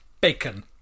Bacon